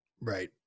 Right